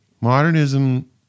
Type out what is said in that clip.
Modernism